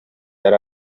yari